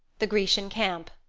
the grecian camp.